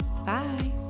Bye